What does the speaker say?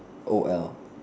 o